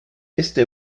este